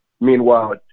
Meanwhile